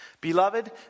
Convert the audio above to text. Beloved